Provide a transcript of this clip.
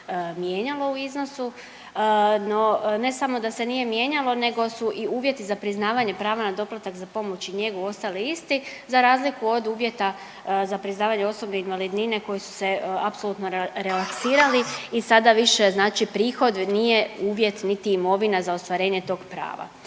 mijenjalo u iznosu no ne samo da se nije mijenjalo nego su i uvjeti za priznavanje prava na doplatak za pomoć i njegu ostali isti, za razliku od uvjeta za priznavanje osobne invalidnine koji su se apsolutno realizirali i sada više znači prihod nije uvjet niti imovina za ostvarenje tog prava.